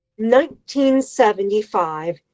1975